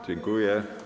Dziękuję.